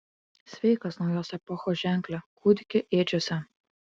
sveikas naujos epochos ženkle kūdiki ėdžiose